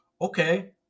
okay